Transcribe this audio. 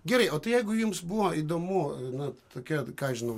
gerai o tai jeigu jums buvo įdomu na tokia ką aš žinau